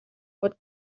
pot